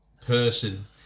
person